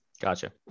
Gotcha